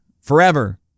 forever